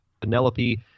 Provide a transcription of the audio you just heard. Penelope